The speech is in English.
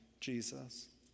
Jesus